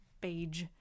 beige